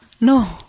No